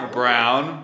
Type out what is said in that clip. brown